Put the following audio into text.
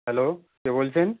hello কে বলছেন